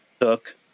took